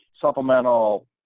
supplemental